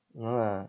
no lah